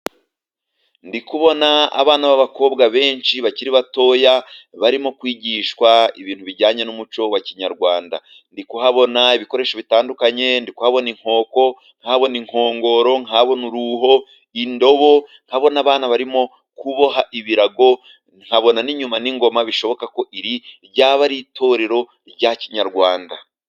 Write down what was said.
Ndi kubona abana b'abakobwa benshi bakiri batoya, barimo kwigishwa ibintu bijyanye n'umuco wa kinyarwanda, ndi kuhabona ibikoresho bitandukanye ndi kuhabona inkoko, nkahabona inkongoro nkahabona uruho, indobo nkabona abantu barimo kuboha ibirago, nkabona n'inyuma n'ingoma, bishoboka ko iri ryaba ari itorero rya kinyarwanda.